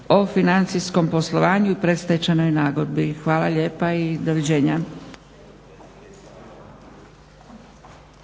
o financijskom poslovanju i predstečajnoj nagodbi. Hvala lijepa i doviđenja.